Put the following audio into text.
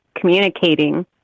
communicating